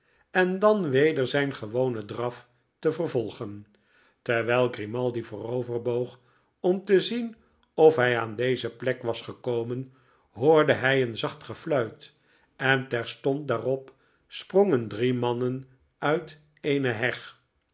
en dan weder zijn gewonen draf te vervolgen terwijl grimaldi vooroverboog om te zien of hlj aan deze plek was gekomen hoorde hij een zacht gefluit en terstond daarop sprongen drie mannen uit eene heg